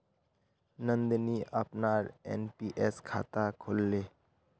नंदनी अपनार एन.पी.एस खाता खोलले